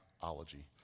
ology